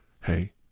hey